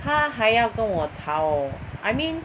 她还要跟我吵 I mean